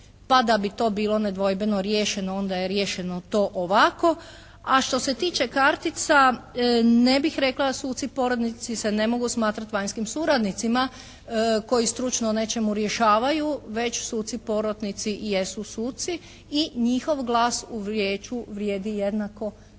Pa da bi to bilo nedvojbeno riješeno onda je riješeno to ovako, a što se tiče kartica, ne bih rekla da suci porotnici se ne mogu smatrati vanjskim suradnicima koji stručno o nečemu rješavaju. Već suci porotnici i jesu suci i njihov glas u vijeću vrijedi jednako kao